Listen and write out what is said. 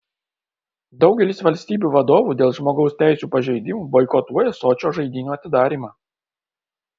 daugelis valstybių vadovų dėl žmogaus teisių pažeidimų boikotuoja sočio žaidynių atidarymą